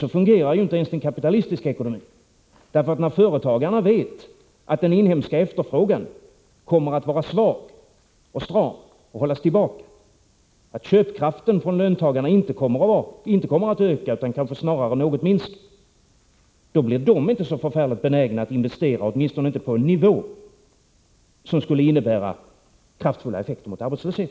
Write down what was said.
Så fungerar inte ens den kapitalistiska ekonomin, för när företagarna vet att den inhemska efterfrågan kommer att vara svag och stram och hållas tillbaka och att löntagarnas köpkraft inte kommer att öka utan kanske snarare något minska, då blir de inte så förfärligt benägna att investera, åtminstone inte på en nivå som skulle innebära kraftfulla effekter mot arbetslöshet.